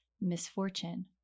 misfortune